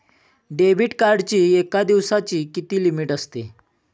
Debit कार्डची एका दिवसाची किती लिमिट असते?